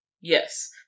Yes